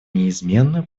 неизменную